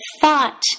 thought